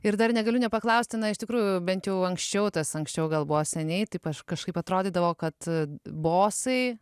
ir dar negaliu nepaklausti na iš tikrųjų bent jau anksčiau tas anksčiau gal buvo seniai taip aš kažkaip atrodydavo kad bosai